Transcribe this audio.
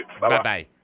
Bye-bye